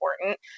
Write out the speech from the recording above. important